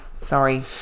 sorry